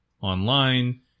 online